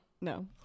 no